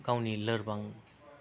गावनि लोरबां